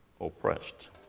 oppressed